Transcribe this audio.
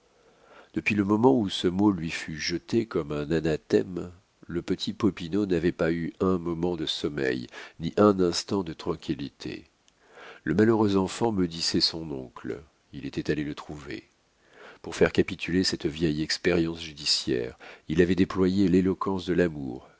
depuis le moment où ce mot lui fut jeté comme un anathème le petit popinot n'avait pas eu un moment de sommeil ni un instant de tranquillité le malheureux enfant maudissait son oncle il était allé le trouver pour faire capituler cette vieille expérience judiciaire il avait déployé l'éloquence de l'amour